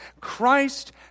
Christ